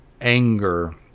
anger